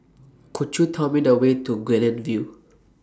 Could YOU Tell Me The Way to Guilin View